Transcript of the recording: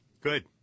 Good